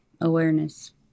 Awareness